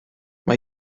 mae